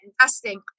investing